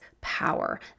power